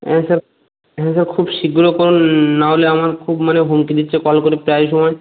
হ্যাঁ স্যার হ্যাঁ স্যার খুব শীঘ্র করুন নাহলে আমার খুব মানে হুমকি দিচ্ছে কল করে প্রায় সময়